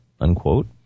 unquote